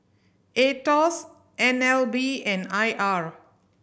Aetos N L B and I R